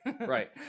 Right